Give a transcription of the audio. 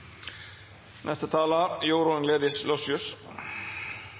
Neste talar